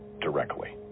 directly